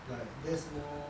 like those more